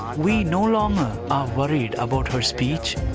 we no longer are worried about her speech,